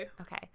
Okay